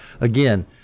Again